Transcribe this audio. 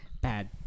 bad